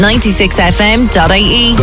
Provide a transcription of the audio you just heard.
96fm.ie